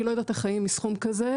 אני לא יודעת איך חיים מסכום כזה.